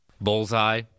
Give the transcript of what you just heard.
Bullseye